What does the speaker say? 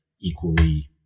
equally